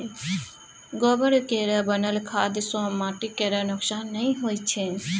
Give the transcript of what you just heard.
गोबर केर बनल खाद सँ माटि केर नोक्सान नहि होइ छै